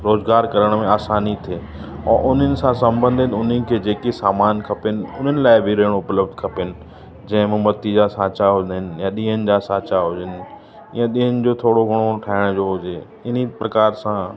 रोज़गार करण में आसानी थिए और उन्हनि सां संबंधित उन्हनि खे जेकी सामान खपेन उन्हनि लाइ बि रिण उपलब्धु खपेन जंहिं मोमबत्ती जा सांचा हूंदा आहिनि या डीयन जा साचां हुजनि या डीयन जो थोरो घणो ठाहिण जो हुजे इन प्रकार सां